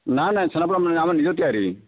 ନା ନା ଛେନାପୋଡ଼ ମିଳୁନି ଆମ ନିଜ ତିଆରି